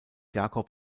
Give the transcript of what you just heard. jacob